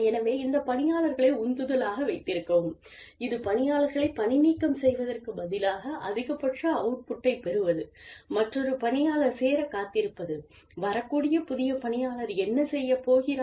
எனவே இந்த பணியாளர் களை உந்துதலாக வைத்திருக்கவும் இந்த பணியாளர் களை பணிநீக்கம் செய்வதற்குப் பதிலாக அதிகபட்ச அவுட் புட்டைப் பெறுவது மற்றொரு பணியாளர் சேரக் காத்திருப்பது வரக்கூடிய புதிய பணியாளர் என்ன செய்யப் போகிறார்